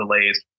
delays